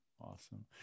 Awesome